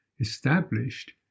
established